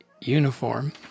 uniform